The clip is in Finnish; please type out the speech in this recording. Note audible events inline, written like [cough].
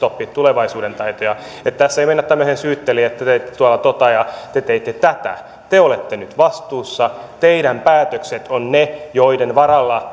[unintelligible] oppia tulevaisuuden taitoja että tässä ei mennä tämmöiseen syyttelyyn että te teitte tuota ja te teitte tätä te olette nyt vastuussa teidän päätöksenne ovat ne joiden